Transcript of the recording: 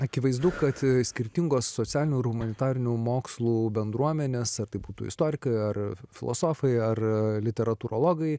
akivaizdu kad skirtingos socialinių ir humanitarinių mokslų bendruomenės ar tai būtų istorikai ar filosofai ar literatūrologai